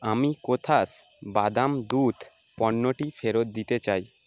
আমি কোথাস বাদাম দুধ পণ্যটি ফেরত দিতে চাই